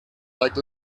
like